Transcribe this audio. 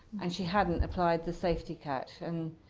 and she hadn't applied the safety catch. and